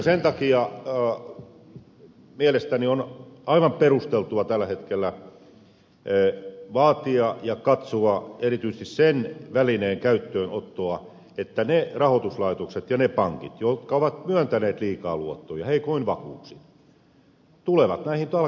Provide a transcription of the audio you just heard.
sen takia mielestäni on aivan perusteltua tällä hetkellä vaatia ja katsoa erityisesti sen välineen käyttöönottoa että ne rahoituslaitokset ja ne pankit jotka ovat myöntäneet liikaa luottoja heikoin vakuuksin tulevat näihin talkoisiin mukaan